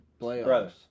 playoffs